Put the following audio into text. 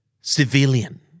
Civilian